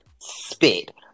spit